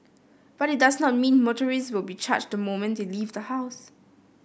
but it does not mean motorist will be charged the moment they leave the house